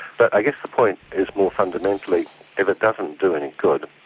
but i guess the point is more fundamentally if it doesn't do any good,